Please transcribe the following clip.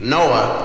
Noah